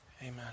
Amen